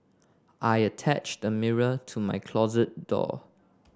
I attached a mirror to my closet door